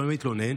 מתלונן,